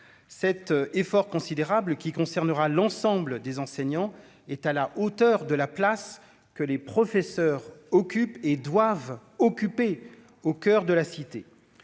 cet effort considérable qui concernera l'ensemble des enseignants est à la hauteur de la place que les professeurs occupent et doivent occuper au coeur de la cité,